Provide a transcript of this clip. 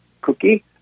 cookie